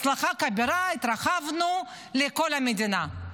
הצלחה כבירה, התרחבנו לכל המדינה.